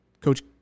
Coach